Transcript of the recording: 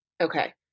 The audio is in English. Okay